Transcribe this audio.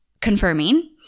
confirming